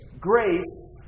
grace